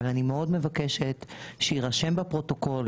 אבל אני מאוד מבקשת שיירשם בפרוטוקול